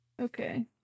Okay